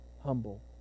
humble